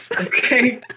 Okay